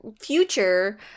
future